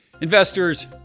Investors